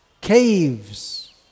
caves